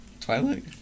Twilight